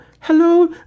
Hello